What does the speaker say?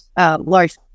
large